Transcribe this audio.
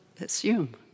assume